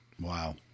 Wow